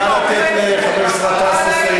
חבר הכנסת שמולי, נא לתת חבר הכנסת גטאס לסיים.